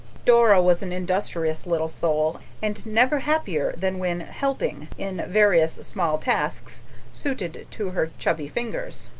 dora was an industrious little soul and never happier than when helping in various small tasks suited to her chubby fingers.